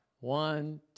one